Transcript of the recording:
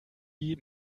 die